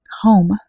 Home